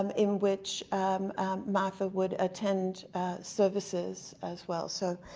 um in which martha would attend services as well. so,